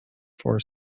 for